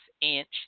inch